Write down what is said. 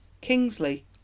Kingsley